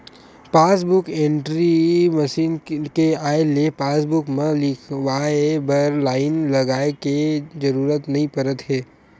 passbook entry machine के आए ले पासबूक म लिखवाए बर लाईन लगाए के जरूरत नइ परत हे